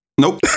Nope